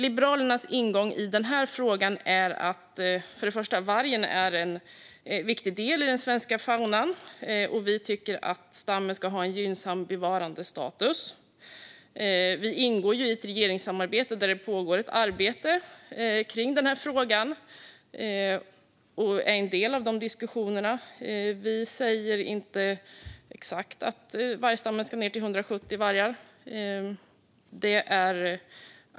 Liberalernas ingång i denna fråga är först och främst att vargen är en viktig del av den svenska faunan, och vi tycker att stammen ska ha en gynnsam bevarandestatus. Vi ingår ju i ett regeringssamarbete där det pågår ett arbete kring denna fråga och är en del av de diskussionerna. Vi säger inte att vargstammen ska ned till exakt 170 vargar.